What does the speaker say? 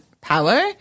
power